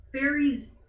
fairies